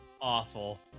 awful